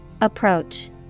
Approach